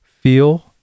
feel